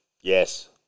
yes